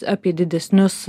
apie didesnius